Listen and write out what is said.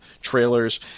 trailers